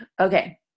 Okay